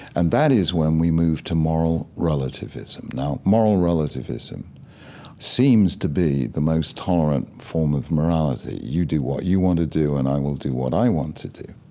and that is when we move to moral relativism. now moral relativism seems to be the most tolerant form of morality you do what you want to do and i will do what i want to do.